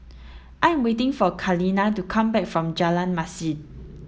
I am waiting for Kaleena to come back from Jalan Masjid